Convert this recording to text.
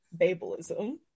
babelism